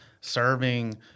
serving